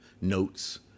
notes